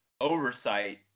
oversight